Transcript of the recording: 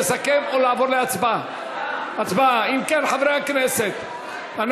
תודה לחברת הכנסת סתיו שפיר.